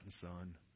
son